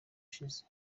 ashize